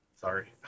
Sorry